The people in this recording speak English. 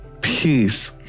peace